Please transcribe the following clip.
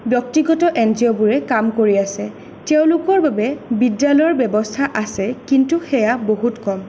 ব্যক্তিগত N G অ'বোৰে কাম কৰি আছে তেওঁলোকৰ বাবে বিদ্যালয়ৰ ব্যৱস্থা আছে কিন্তু সেয়া বহুত কম